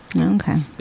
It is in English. Okay